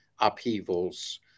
upheavals